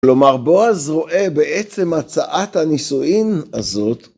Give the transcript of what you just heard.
כלומר, בועז רואה בעצם הצעת הנישואין הזאת.